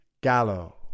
Gallo